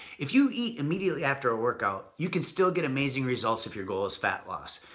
if you eat immediately after a workout, you can still get amazing results if your goal is fat loss.